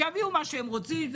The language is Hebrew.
שיביאו מה שהם רוצים,